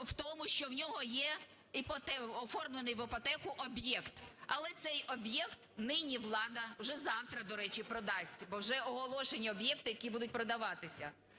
в тому, що в нього є оформлений в іпотеку об'єкт, але цей об'єкт нині влада, вже завтра, до речі, продасть, бо вже оголошені об'єкти, які будуть продаватися.